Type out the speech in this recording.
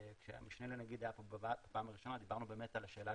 כשהמשנה לנגיד היה פה בפעם הראשונה דיברנו באמת על השאלה